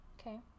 Okay